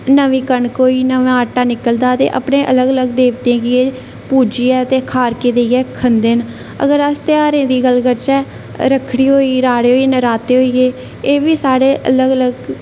नमीं कनक होई नमां आटा निकलदा ते अपने अलग अलग देवतें गी एह् पूजियै ते खारके देइयै खंदे न अगर अस तेहारें दी गल्ल करचै रक्खड़ी होई राह्ड़े होई गे नराते होई गे एह्बी साढ़े अलग अलग